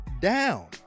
down